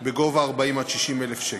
בגובה 40,000 60,000 שקל: